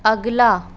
अगला